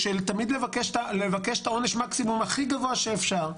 תמיד לבקש את העונש מקסימום הכי גבוה שאפשר.